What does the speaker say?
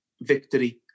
victory